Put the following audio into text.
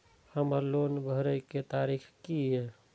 हमर लोन भरए के तारीख की ये?